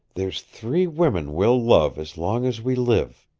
there's three women we'll love as long as we live,